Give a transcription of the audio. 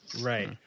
Right